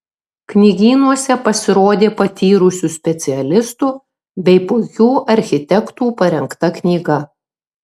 knygynuose pasirodė patyrusių specialistų bei puikių architektų parengta knyga